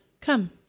Come